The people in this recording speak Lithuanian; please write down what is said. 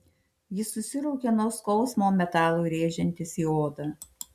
jis susiraukė nuo skausmo metalui rėžiantis į odą